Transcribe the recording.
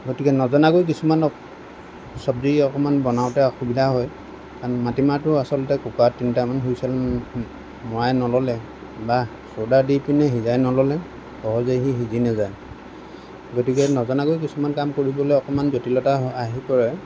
গতিকে নজনাকৈ কিছুমানক চব্জি অকমান বনাওঁতে অসুবিধা হয় কাৰণ মাটিমাহটো আচলতে কুকাৰত দুটা তিনিটা হুইচেল মৰাই নল'লে বা চ'ডা দি পিনে সিজাই ন'ললে সহজে সি সিজি নাযায় গতিকে নজনাকৈ কিছুমান কাম কৰিবলৈ অকণমান জটিলতা আহি আহি পৰে